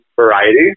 variety